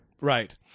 Right